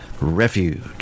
Refuge